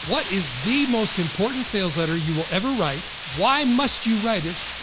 what is the most important sales letter you will ever write? why must you write it?